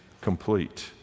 complete